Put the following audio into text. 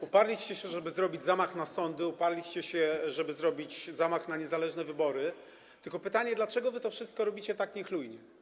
Uparliście się, żeby zrobić zamach na sądy, uparliście się, żeby zrobić zamach na niezależne wybory, tylko pytanie, dlaczego wy to wszystko robicie tak niechlujnie.